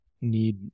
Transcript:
need